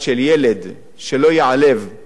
שלא ייעלב ולא ייפגע,